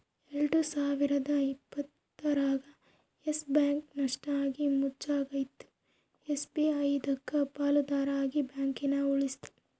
ಎಲ್ಡು ಸಾವಿರದ ಇಪ್ಪತ್ತರಾಗ ಯಸ್ ಬ್ಯಾಂಕ್ ನಷ್ಟ ಆಗಿ ಮುಚ್ಚಂಗಾಗಿತ್ತು ಎಸ್.ಬಿ.ಐ ಇದಕ್ಕ ಪಾಲುದಾರ ಆಗಿ ಬ್ಯಾಂಕನ ಉಳಿಸ್ತಿ